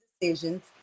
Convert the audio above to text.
decisions